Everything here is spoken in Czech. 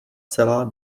celá